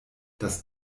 das